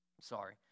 sorry